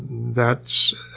that's